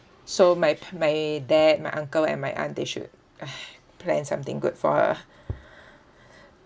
so my p~ my dad my uncle and my aunt they should ah plan something good for her